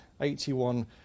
81